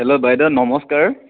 hello বাইদ' নমষ্কাৰ